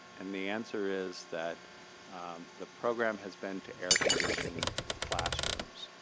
and the answer is that the program has been to air condition the classrooms.